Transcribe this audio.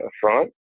front